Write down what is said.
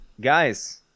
guys